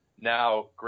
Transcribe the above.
Now